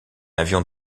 avion